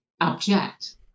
object